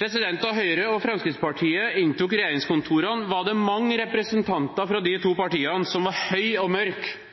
Da Høyre og Fremskrittspartiet inntok regjeringskontorene, var det mange representanter fra de to partiene som var høye og